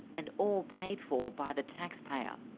and all paid for by the taxpayer.